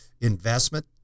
Investment